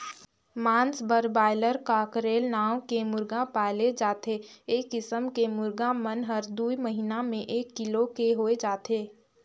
मांस बर broiler, cockerel नांव के मुरगा पाले जाथे ए किसम के मुरगा मन हर दूई महिना में एक किलो के होय जाथे